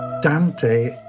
Dante